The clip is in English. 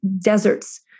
deserts